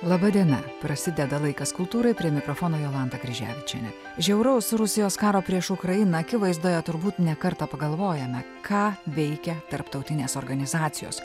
laba diena prasideda laikas kultūrai prie mikrofono jolanta kryževičienė žiauraus rusijos karo prieš ukrainą akivaizdoje turbūt ne kartą pagalvojame ką veikia tarptautinės organizacijos